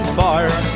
fire